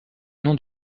nom